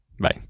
Bye